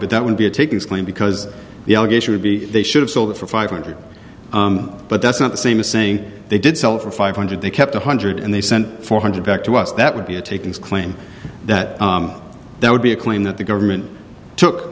but that would be a takings claim because the allegation would be they should have sold it for five hundred but that's not the same as saying they did sell for five hundred they kept a hundred and they sent four hundred back to us that would be a takings claim that there would be a claim that the government took